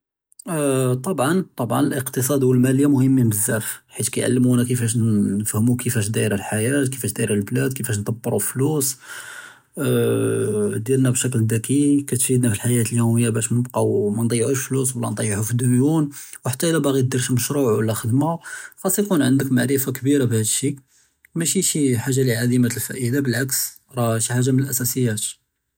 אה אה אה טַבְעָא טַבְעָא אֶלְקִתְצַאד וּלְמַאלִיָּה מֻהִימִּין בְּזַאף חֵית קַאי יְעַלְּמוּנַא כִּיףַאש נְפְהְמוּ כִּיףַאש דַאִירַה אלחַיַاة כִּיףַאש דַאִירַה בלַאד כִּיףַאש דַּבְּרוּ פְּלוּס אה אה אה דִירְלְנַא בְּשַּכְּל דַכִּי כּתְפִידְנַא פַּלְחַיַאת יְוְמִיָּה בַּאש נְבְקֵּאוּ מַנְדִיַעּוּש אֶלְפְּלוּס וְלָא נְדַיַעּוּ פַלְדְּיוּן וּחַתּّى לַבַּאגִ'י דִיר שִי מְשְרוּע וְלָא חֻ'דְמַה חַסְכּ יְקוּן עַנְדְכּ מַעְרִפַּה כְּבִירָה בְּהַדּ אֶשִּׁי מַשִּי שִי חַאגַ'ה לִי עֲדִימַה אֶלְפַאאִידָה בְּלַעְכְּס רַאْה שִי חַאגַ'ה מַלָּאסַאסִיַאת.